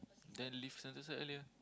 then leave Sentosa earlier